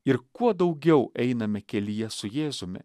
ir kuo daugiau einame kelyje su jėzumi